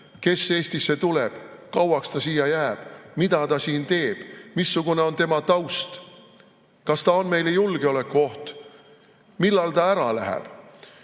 kes Eestisse tuleb, kui kauaks ta siia jääb, mida ta siin teeb, missugune on tema taust, kas ta on meile julgeolekuoht ja millal ta ära läheb.